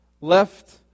left